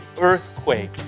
earthquake